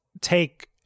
take